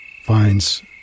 finds